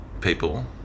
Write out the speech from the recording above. people